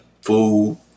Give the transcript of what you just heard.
food